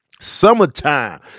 Summertime